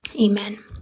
amen